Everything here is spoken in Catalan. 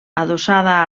adossada